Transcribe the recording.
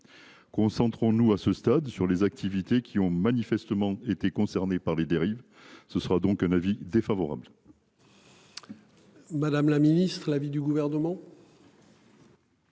Concentrons-nous à ce stade sur les activités qui ont manifestement été concerné par les dérives. Ce sera donc un avis défavorable. Madame la Ministre, l'avis du gouvernement.